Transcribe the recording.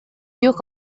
duke